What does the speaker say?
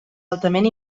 altament